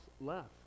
left